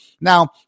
Now